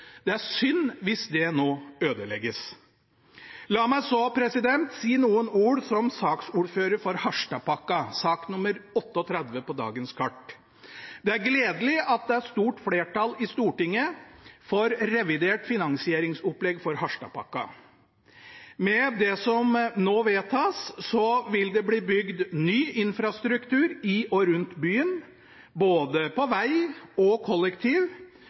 Det er synd hvis det nå ødelegges. La meg så si noen ord som saksordfører for Harstadpakken, sak nr. 38 på dagens kart. Det er gledelig at det er et stort flertall i Stortinget for revidert finansieringsopplegg for Harstadpakken. Med det som nå vedtas, vil det bli bygd ny infrastruktur i og rundt byen, på både veg og